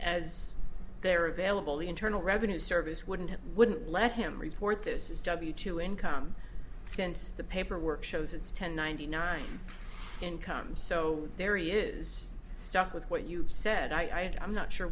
as they are available the internal revenue service wouldn't wouldn't let him report this is w two income since the paperwork shows it's ten ninety nine income so there he is stuck with what you said i i'm not sure